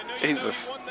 Jesus